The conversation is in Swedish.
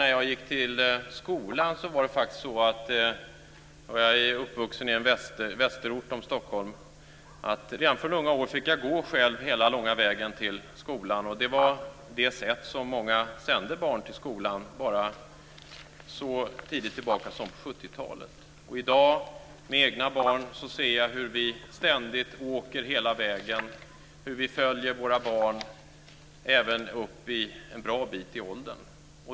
När jag gick till skolan var det faktiskt så - jag är uppvuxen i en förort väster om Stockholm - att jag redan från unga år fick gå själv hela den långa vägen till skolan. Det var så många sände barnen till skolan för bara så lite tid sedan som på 70-talet. I dag, när jag har egna barn, ser jag hur vi ständigt åker hela vägen. Vi följer våra barn även en bra bit upp i åren.